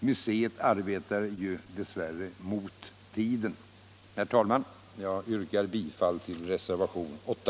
Museet kämpar dess värre mot tiden. Herr talman! Jag yrkar bifall till reservationen 8.